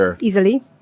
easily